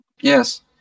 Yes